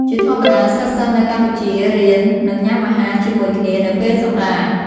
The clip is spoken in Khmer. ជាធម្មតា សិស្សៗនៅកម្ពុជារៀន និងញុំអាហារជាមួយគ្នានៅពេលសម្រាក។